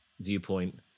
viewpoint